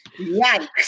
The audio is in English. Yikes